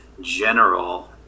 general